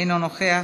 אינו נוכח.